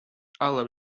але